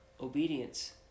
Obedience